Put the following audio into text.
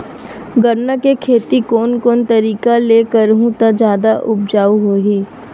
गन्ना के खेती कोन कोन तरीका ले करहु त जादा उपजाऊ होही?